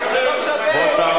סעיפים